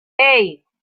hey